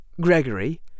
Gregory